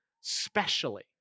specially